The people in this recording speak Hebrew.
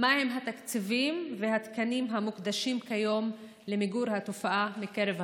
2. מהם התקציבים והתקנים המוקדשים כיום למיגור התופעה בקרב הממשלה?